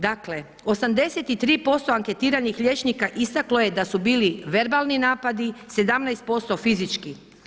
Dakle 83% anketiranih liječnika istaklo je da su bili verbalni napadi, 17% fizički.